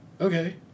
Okay